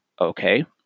Okay